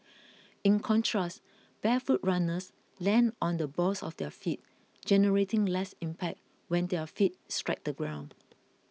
in contrast barefoot runners land on the balls of their feet generating less impact when their feet strike the ground